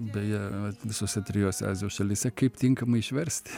beje visose trijose azijos šalyse kaip tinkamai išverst